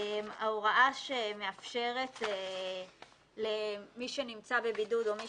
ההוראה שמאפשרת למי שנמצא בבידוד או מי